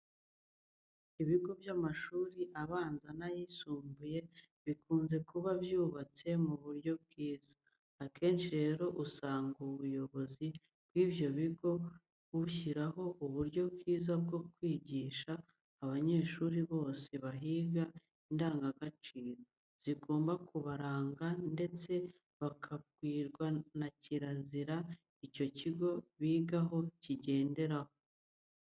Ibigo by'amashuri abanza n'ayisumbuye bikunze kuba byubatse mu buryo bwiza. Akenshi rero usanga ubuyobozi bw'ibyo bigo bushyiraho uburyo bwiza bwo kwigisha abanyeshuri bose bahiga indangagaciro zigomba kubaranga ndetse bakabwirwa na kirazira icyo kigo bigaho kigenderaho.